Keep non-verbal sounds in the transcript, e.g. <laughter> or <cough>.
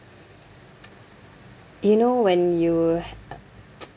<noise> you know when you h~ <noise>